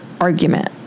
argument